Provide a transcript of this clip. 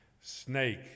snake